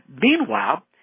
Meanwhile